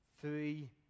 three